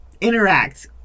interact